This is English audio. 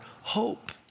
hope